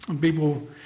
People